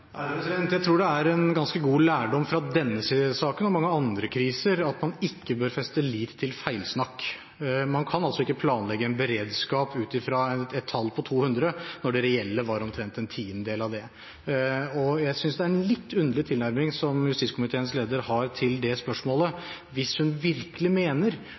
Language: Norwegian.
Jeg tror det er en ganske god lærdom fra denne saken og mange andre kriser at man ikke bør feste lit til feilsnakk. Man kan altså ikke planlegge en beredskap ut fra et tall på 200, når det reelle var omtrent en tiendedel av det. Jeg synes det er en litt underlig tilnærming som justiskomiteens leder har til det spørsmålet hvis hun virkelig mener